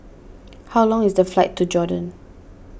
how long is the flight to Jordan